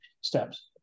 steps